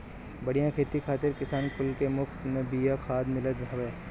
बढ़िया खेती खातिर किसान कुल के मुफत में बिया खाद मिलत हवे